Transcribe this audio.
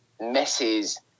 messes